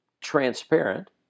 transparent